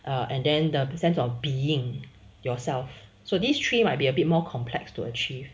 and then the sense of being yourself so this three might be a bit more complex to achieve